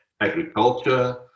agriculture